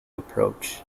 approach